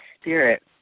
spirit